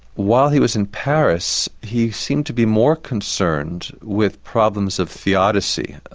while he was in paris, he seemed to be more concerned with problems of theodicy,